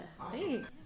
Awesome